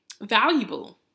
valuable